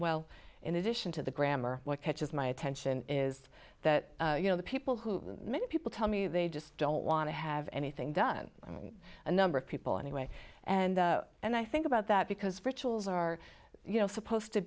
well in addition to the grammar what catches my attention is that you know the people who many people tell me they just don't want to have anything done a number of people anyway and and i think about that because rituals are supposed to